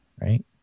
right